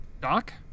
Doc